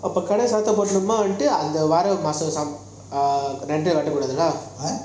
அப்போ காட சத்தப்போறோமா வந்து அந்த வாரம் மாச:apo kaada sathaporoma vantu antha vaaram maasa err rent eh கட்ட கூடாது:katta kudathu lah